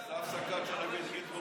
תעשה הפסקה עד שנביא את גינזבורג מרעננה.